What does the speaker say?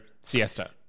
siesta